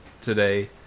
today